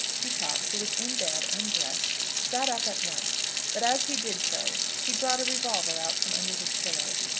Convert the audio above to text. peacocke, who was in bed undressed, sat up at once but as he did so he brought a revolver out from under his pillow.